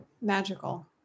magical